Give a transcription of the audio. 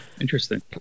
Interesting